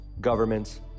governments